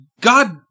God